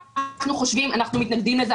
אנחנו מתנגדים לזה,